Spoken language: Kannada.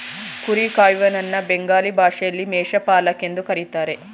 ಕುರಿ ಕಾಯುವನನ್ನ ಬೆಂಗಾಲಿ ಭಾಷೆಯಲ್ಲಿ ಮೇಷ ಪಾಲಕ್ ಎಂದು ಕರಿತಾರೆ